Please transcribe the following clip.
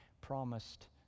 promised